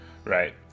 right